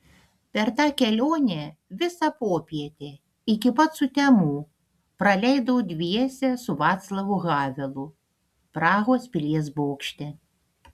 per tą kelionę visą popietę iki pat sutemų praleidau dviese su vaclavu havelu prahos pilies bokšte